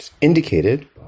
indicated